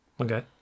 Okay